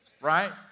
right